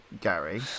Gary